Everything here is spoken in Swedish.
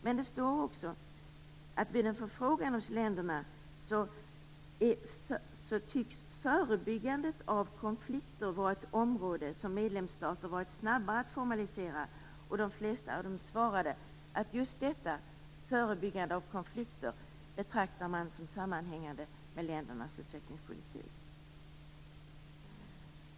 Men det står också att vid en förfrågan hos länderna tycks förebyggandet av konflikter vara ett område som medlemsstaterna varit snabbare att formalisera. De flesta av dem svarade att just förebyggande av konflikter betraktar man som sammanhängande med ländernas utvecklingspolitik.